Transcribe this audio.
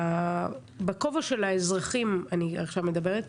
בכובע של האזרחים אני עכשיו מדברת,